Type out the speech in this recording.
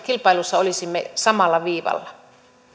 kilpailussa olisimme samalla viivalla